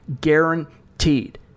guaranteed